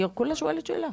אני כולה שואלת שאלה,